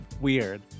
weird